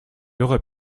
aurait